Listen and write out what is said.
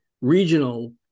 regional